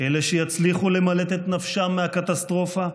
אלה שיצליחו למלט את נפשם מהקטסטרופה,